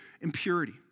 impurity